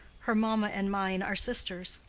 her mamma and mine are sisters.